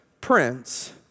prince